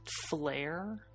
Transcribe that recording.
flare